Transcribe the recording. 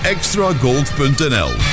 Extragold.nl